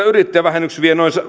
yrittäjävähennys